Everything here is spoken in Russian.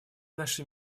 наша